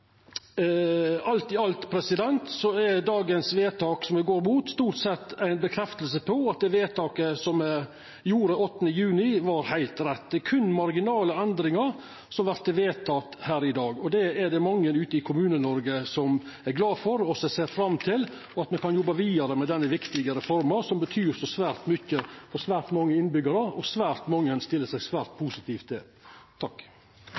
Alt i alt er dagens vedtak som me går mot, stort sett ei stadfesting av at det vedtaket me gjorde 8. juni, var heilt rett, det er berre marginale endringar som vert vedtekne her i dag. Det er mange ute i Kommune-Noreg glade for, og me ser fram til at me kan jobba vidare med den viktige reforma, som betyr svært mykje for svært mange innbyggjarar. Svært mange stiller seg svært